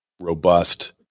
robust